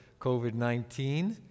COVID-19